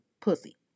pussy